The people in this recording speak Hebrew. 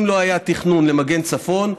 אם לא היה תכנון למגן צפוני,